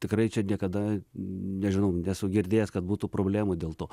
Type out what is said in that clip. tikrai čia niekada nežinau nesu girdėjęs kad būtų problemų dėl to